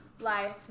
life